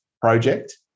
project